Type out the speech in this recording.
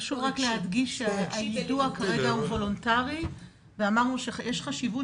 חשוב רק להדגיש שהיידוע כרגע הוא וולונטרי ואמרנו שיש חשיבות